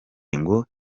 ngo